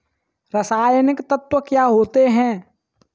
रसायनिक तत्व क्या होते हैं?